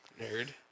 Nerd